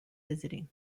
visiting